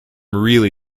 really